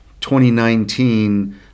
2019